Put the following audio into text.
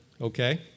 Okay